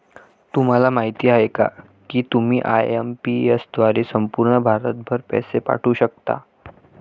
तुम्हाला माहिती आहे का की तुम्ही आय.एम.पी.एस द्वारे संपूर्ण भारतभर पैसे पाठवू शकता